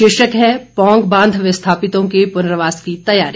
शीर्षक है पौंग बांध विस्थापितों के पुनर्वास की तैयारी